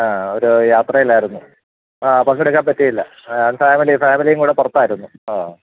ആ ഒരു യാത്രയിലാരുന്നു ആ പങ്കെടുക്കാൻ പറ്റിയില്ല ആ ഫാമിലി ഫാമിലിയും കൂടെ പുറത്തായിരുന്നു ആ